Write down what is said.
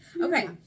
Okay